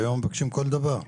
היום מבקשים כל דבר,